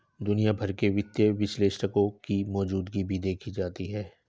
दुनिया भर में वित्तीय विश्लेषकों की मौजूदगी भी देखी जाती है